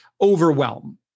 overwhelm